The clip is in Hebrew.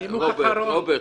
אז מה זה חוקי?